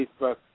Facebook